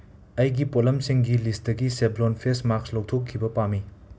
ꯑꯩꯒꯤ ꯄꯣꯠꯂꯝꯁꯤꯡꯒꯤ ꯂꯤꯁꯇꯒꯤ ꯁꯦꯐ꯭ꯂꯣꯟ ꯐꯦꯁ ꯃꯥꯛꯁ ꯂꯧꯊꯣꯛꯈꯤꯕ ꯄꯥꯝꯃꯤ